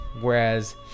whereas